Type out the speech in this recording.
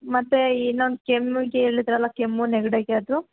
ಮತ್ತು ಇನ್ನೊಂದು ಕೆಮ್ಮಿಗ್ ಹೇಳದ್ರಲ ಕೆಮ್ಮು ನೆಗ್ಡಿಗ್ ಅದು